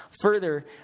Further